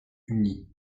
uni